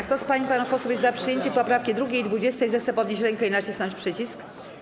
Kto z pań i panów posłów jest za przyjęciem poprawek 2. i 20., zechce podnieść rękę i nacisnąć przycisk.